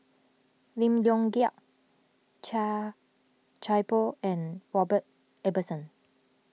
Lim Leong Geok Chia Thye Poh and Robert Ibbetson